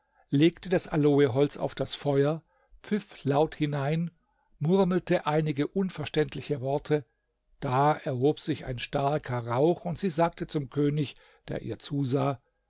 legte das aloeholz auf das feuer pfiff laut hinein murmelte einige unverständliche worte da erhob sich ein starker rauch und sie sagte zum könig der ihr zusah